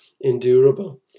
endurable